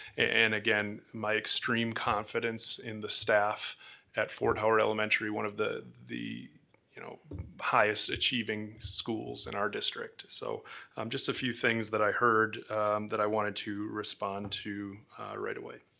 and again, my extreme confidence in the staff at fort howard elementary, one of the the you know highest achieving schools in our district. so um just a few things that i heard that i wanted to respond to right away.